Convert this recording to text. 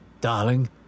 darling